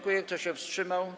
Kto się wstrzymał?